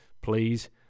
please